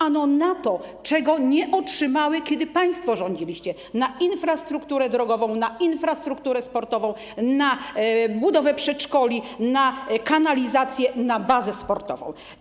Ano na to, czego nie otrzymały, kiedy państwo rządziliście, na infrastrukturę drogową, na infrastrukturę sportową, na budowę przedszkoli, na kanalizację, na bazę sportową.